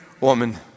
woman